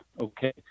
okay